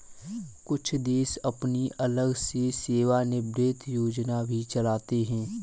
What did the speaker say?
कुछ देश अपनी अलग से सेवानिवृत्त योजना भी चलाते हैं